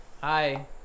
Hi